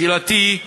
שאלתי: